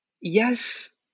Yes